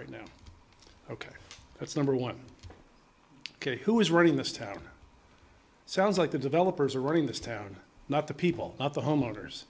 right now ok that's number one ok who is running this town sounds like the developers are running this town not the people not the homeowners